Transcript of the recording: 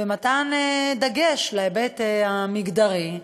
ומתן דגש להיבט המגדרי,